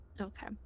Okay